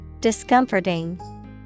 Discomforting